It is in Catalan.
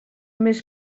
més